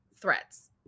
threats